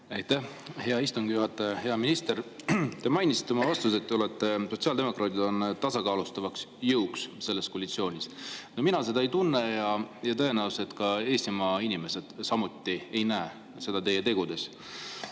hea istungi juhataja! Hea minister! Te mainisite oma vastuses, et te, sotsiaaldemokraadid, olete tasakaalustav jõud selles koalitsioonis. No mina seda ei tunne ja tõenäoliselt Eestimaa inimesed samuti ei näe seda teie tegudes.